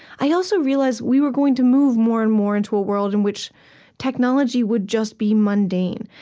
i also realized we were going to move more and more into a world in which technology would just be mundane.